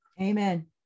Amen